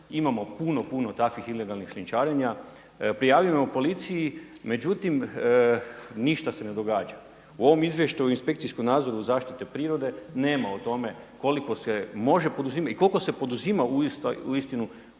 imamo puno, puno takvih ilegalnih šljunčarenja, prijavljujemo policiji međutim ništa se ne događa. U ovom izvještaju o inspekcijskom nadzoru zaštite prirode nema o tome koliko se može poduzimati i koliko se poduzima uistinu